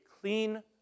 clean